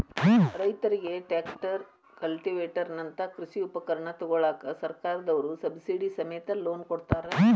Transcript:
ರೈತರಿಗೆ tractor, cultivator ನಂತ ಕೃಷಿ ಉಪಕರಣ ತೊಗೋಳಾಕ ಸರ್ಕಾರದವ್ರು ಸಬ್ಸಿಡಿ ಸಮೇತ ಲೋನ್ ಕೊಡ್ತಾರ